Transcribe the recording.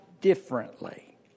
differently